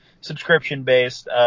subscription-based